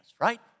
right